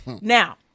Now